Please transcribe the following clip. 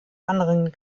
anderen